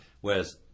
whereas